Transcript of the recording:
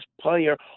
player